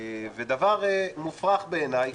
זה דבר מופרך בעיניי.